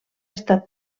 estat